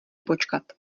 počkat